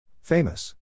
Famous